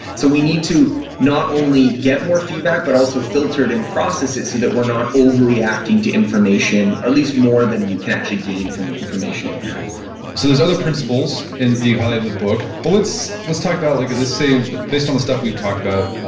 so we need to not only get more feedback, but also filter it and process it so that we're not overreacting to information, at least more than we can actually gain from the information at hand so there's other principles and you highlight in the book, but let's let's talk about, like let's say, based on the stuff we've talked about,